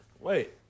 Wait